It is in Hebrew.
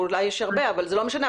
אולי יש הרבה אבל לא משנה.